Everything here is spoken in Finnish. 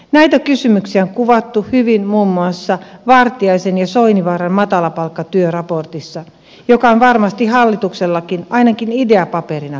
näitä kysymyksiä on kuvattu hyvin muun muassa vartiaisen ja soininvaaran matalapalkkatyöraportissa joka on varmasti hallituksellakin ainakin ideapaperina käytössä